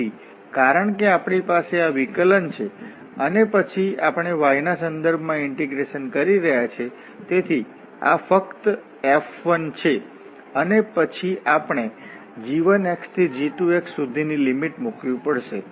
તેથી કારણ કે આપણી પાસે આ વિકલન છે અને પછી આપણે y ના સંદર્ભમાં ઇન્ટીગ્રેશન કરી રહ્યાં છીએ તેથી આ ફક્ત F1 છે અને પછી આપણે g1 થી g2 સુધીની લિમિટ મૂકવી પડશે